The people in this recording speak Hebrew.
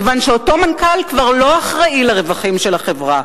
כיוון שאותו מנכ"ל כבר לא אחראי לרווחים של החברה,